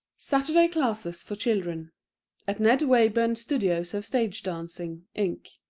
saturday classes for children at ned wayburn studios of stage dancing, inc.